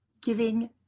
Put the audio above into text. giving